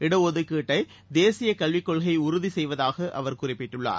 இடஒதுக்கீட்டை தேசிய கல்வி கொள்கை உறுதி செய்வதாக அவர் குறிப்பிட்டுள்ளார்